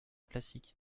classique